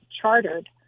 chartered